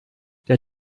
der